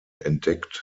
entdeckt